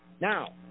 now